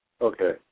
Okay